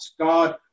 God